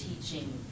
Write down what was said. teaching